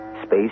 Space